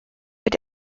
mit